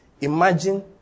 Imagine